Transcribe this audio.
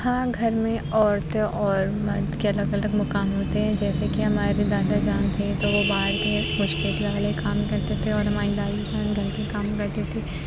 ہاں گھر میں عورتیں اور مرد کے الگ الگ مقام ہوتے ہیں جیسے کہ ہمارے دادا جان تھے تو وہ باہر کے مشکل والے کام کرتے تھے اور ہماری دادی جان گھر کے کام کرتی تھیں